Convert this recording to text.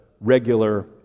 regular